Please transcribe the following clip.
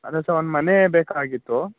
ಅದೇ ಸರ್ ಒಂದು ಮನೆ ಬೇಕಾಗಿತ್ತು